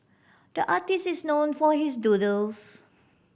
the artist is known for his doodles